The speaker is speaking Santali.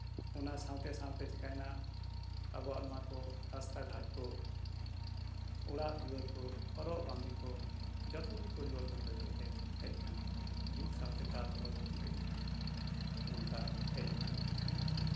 ᱚᱱᱟ ᱥᱟᱶᱛᱮ ᱥᱟᱶᱛᱮ ᱪᱤᱠᱟᱭᱮᱱᱟ ᱟᱵᱚᱣᱟᱜ ᱱᱚᱶᱟ ᱠᱚ ᱨᱟᱥᱛᱟ ᱜᱷᱟᱴ ᱠᱚ ᱚᱲᱟᱜ ᱫᱩᱣᱟᱹᱨ ᱠᱚ ᱦᱚᱨᱚᱜ ᱵᱟᱸᱫᱮ ᱠᱚ ᱡᱷᱚᱛᱚ ᱜᱮ ᱯᱚᱨᱤᱵᱚᱨᱛᱚᱱ ᱵᱟᱹᱭ ᱵᱟᱹᱭᱛᱮ ᱦᱮᱡ ᱟᱠᱟᱱᱟ ᱡᱩᱜᱽ ᱥᱟᱶᱛᱮ ᱛᱟᱞ ᱫᱚᱦᱚ ᱫᱚ ᱱᱚᱝᱠᱟ ᱦᱮᱡ ᱟᱠᱟᱱᱟ